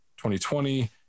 2020